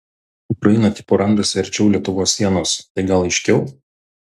ukraina tipo randasi arčiau lietuvos sienos tai gal aiškiau